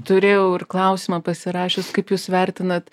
turėjau ir klausimą pasirašius kaip jūs vertinat